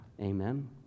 Amen